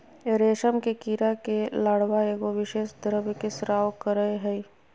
रेशम के कीड़ा के लार्वा एगो विशेष द्रव के स्त्राव करय हइ